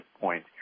point